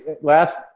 last